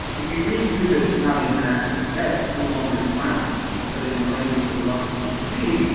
if you read through this italian vernacular text, no longer in latin but in a language that a lot of people could read,